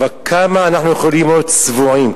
אבל כמה אנחנו יכולים להיות צבועים?